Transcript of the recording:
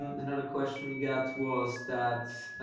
another question we got was that,